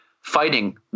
fighting